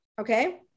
okay